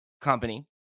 company